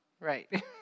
Right